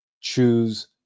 choose